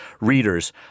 readers